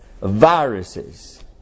viruses